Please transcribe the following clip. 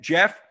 Jeff